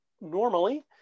Normally